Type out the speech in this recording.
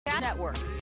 Network